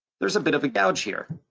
there's a bit of a gouge here.